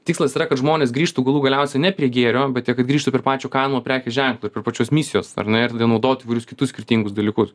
tikslas yra kad žmonės grįžtų galų galiausiai ne prie gėrio bet jie kad grįžtų prie pačio kanumo prekės ženklo ir prie pačios misijos ar ne ir tada naudoti įvairius kitus skirtingus dalykus